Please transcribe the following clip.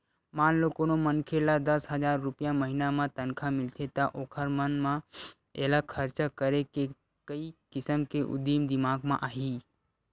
मान लो कोनो मनखे ल दस हजार रूपिया महिना म तनखा मिलथे त ओखर मन म एला खरचा करे के कइ किसम के उदिम दिमाक म आही